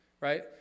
right